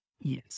Yes